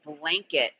blanket